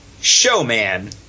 Showman